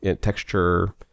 texture